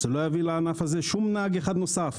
זה לא יביא לענף הזה שום נהג אחד נוסף.